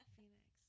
Phoenix